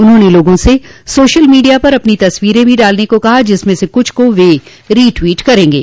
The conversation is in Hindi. उन्होंने लोगों स सोशल मीडिया पर अपनी तस्वींरे भी डालने को कहा जिसमें से कुछ को वे रिट्वीट करेंगे